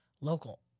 local